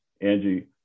Angie